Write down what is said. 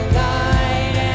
light